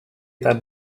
that